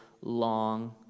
long